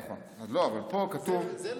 זה לא בחוק,